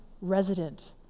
resident